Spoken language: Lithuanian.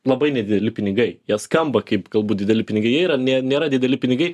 labai nedideli pinigai jie skamba kaip galbūt dideli pinigai jie yra ne nėra dideli pinigai